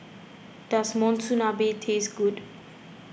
does Monsunabe taste good